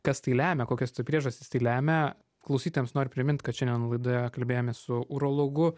kas tai lemia kokios tai priežastys tai lemia klausytojams noriu primint kad šiandien laidoje kalbėjomės su urologu